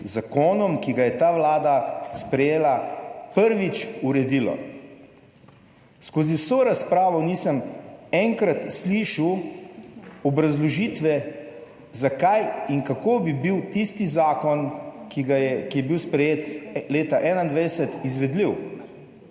zakonom, ki ga je ta Vlada sprejela, prvič uredilo. Skozi vso razpravo nisem enkrat slišal obrazložitve, zakaj in kako bi bil tisti zakon, ki ga je, ki je bil sprejet leta 2021, izvedljiv.